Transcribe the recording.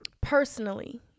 personally